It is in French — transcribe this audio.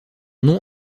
nom